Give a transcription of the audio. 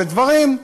ודברים,